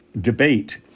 debate